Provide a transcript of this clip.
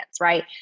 right